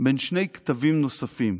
בין שני קטבים נוספים: